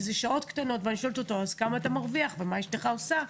כי אלה שעות קטנות ואני שואלת אותו כמה הוא מרוויח ומה אשתו עושה,